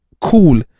cool